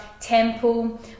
temple